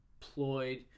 deployed